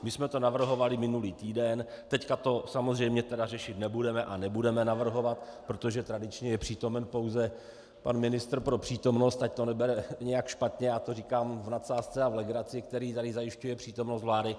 My jsme to navrhovali minulý týden, teď to samozřejmě řešit nebudeme a nebudeme navrhovat, protože tradičně je přítomen pouze pan ministr pro přítomnost, ať to nebere nějak špatně, já to říkám v nadsázce a v legraci, který tady zajišťuje přítomnost vlády.